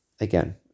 again